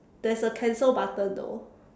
there's a cancel button though